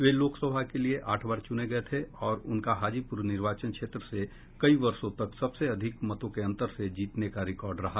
वे लोकसभा के लिए आठ बार चुने गये थे और उनका हाजीपुर निर्वाचन क्षेत्र से कई वर्षो तक सबसे अधिक मतों के अंतर से जीतने का रिकॉर्ड रहा